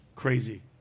Crazy